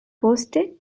poste